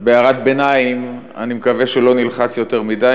בהערת ביניים, אני מקווה שהוא לא נלחץ יותר מדי.